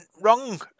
wrong